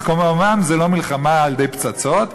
אז כמובן זו לא מלחמה על-ידי פצצות ורקטות,